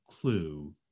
clue